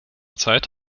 zeit